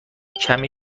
کمی